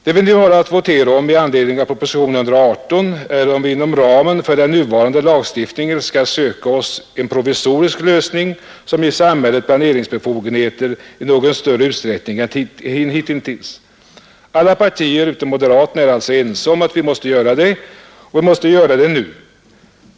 Det vi nu har att votera om i anledning av propositionen 118 är om vi inom ramen för den nuvarande lagstiftningen skall söka oss en provisorisk lösning, som ger samhället planeringsbefogenheter i något större utsträck ning än hitintills. Alla partier utom moderaterna är alltså ense om att vi måste göra det och att vi måste göra det nu.